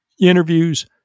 interviews